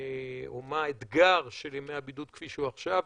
או מה האתגר של ימי הבידוד כפי שהוא עכשיו?